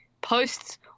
posts